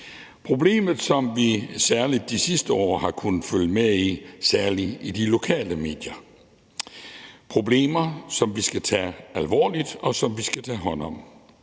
problemer, som vi særlig det sidste år har kunnet følge med i, særlig i de lokale medier. Det er problemer, som vi skal tage alvorligt, og som vi skal tage hånd om.